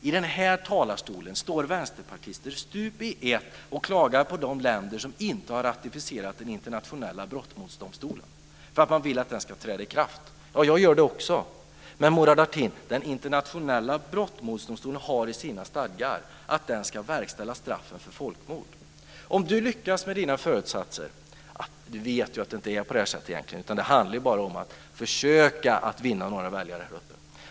I den här talarstolen står vänsterpartister stup i ett och klagar på de länder som inte har ratificerat den internationella brottmålsdomstolen, eftersom man vill att den ska träda i kraft. Det vill jag också. Men, Murad Artin, den internationella brottmålsdomstolen har i sina stadgar att den ska verkställa straffen för folkmord. Murad Artin vet ju att det inte är på det här sättet egentligen, utan det handlar bara om att försöka vinna några väljare.